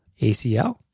acl